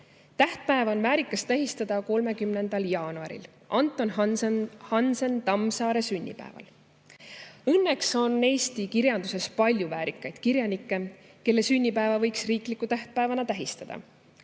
Tähtpäeva on väärikas tähistada 30. jaanuaril, Anton Hansen Tammsaare sünniaastapäeval. Õnneks on eesti kirjanduse [loojate seas] palju väärikaid kirjanikke, kelle sünnipäeva võiks riikliku tähtpäevana tähistada.